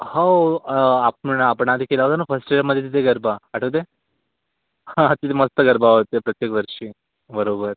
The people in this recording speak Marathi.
होव आपण आपण आधी केलं होतं ना फर्स्ट ईअरमधे तिथे गरबा आठवतंय हा हा तिथे मस्त गरबा होते प्रत्येक वर्षी बरोबर